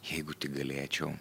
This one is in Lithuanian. jeigu tik galėčiau